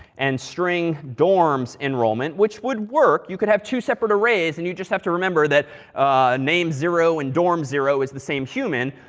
and string dorms enrollment. which would work. you could have two separate arrays, and you'd just have to remember that name zero and dorm zero is the same human.